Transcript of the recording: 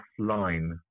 offline